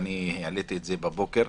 והעליתי את זה בבוקר.